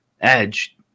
edge